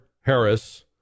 Harris